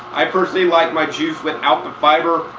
i personally like my juice without the fiber,